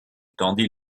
tendit